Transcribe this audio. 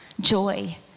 joy